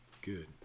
Good